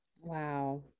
Wow